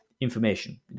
information